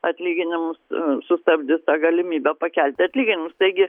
atlyginimus sustabdys tą galimybę pakelti atlyginimus taigi